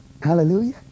Hallelujah